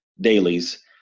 dailies